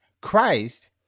Christ